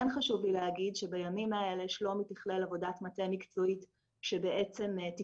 כן חשוב לי להגיד שבימים האלה שלומי תיכלל עבודת מטה מקצועית שתקבע